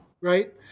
right